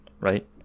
right